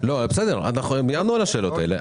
הם יענו על השאלות האלה,